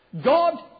God